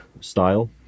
style